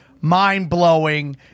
mind-blowing